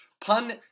Pun